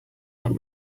not